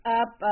up